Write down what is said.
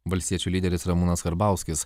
valstiečių lyderis ramūnas karbauskis